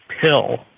pill